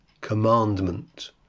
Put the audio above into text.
commandment